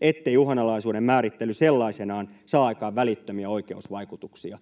ettei uhanalaisuuden määrittely sellaisenaan saa aikaan välittömiä oikeusvaikutuksia”.